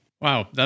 Wow